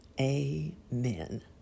Amen